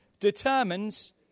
determines